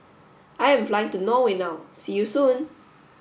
I am flying to Norway now see you soon